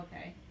okay